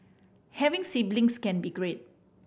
having siblings can be great